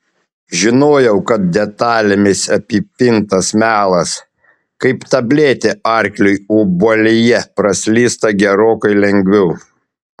žinojau kad detalėmis apipintas melas kaip tabletė arkliui obuolyje praslysta gerokai lengviau